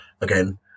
again